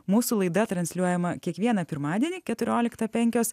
mūsų laida transliuojama kiekvieną pirmadienį keturioliktą penkios